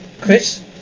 Chris